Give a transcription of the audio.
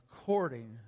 according